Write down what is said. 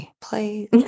Please